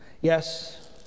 Yes